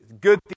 good